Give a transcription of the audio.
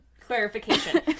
Clarification